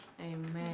Amen